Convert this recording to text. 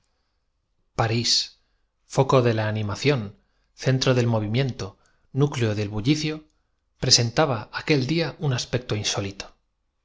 arís foco de la animación centro del movi miento núcleo del bullicio presentaba aquel día un aspecto insólito